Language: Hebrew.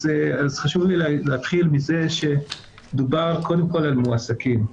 אז חשוב לי להתחיל מזה שדובר קודם כול על מועסקים.